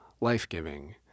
life-giving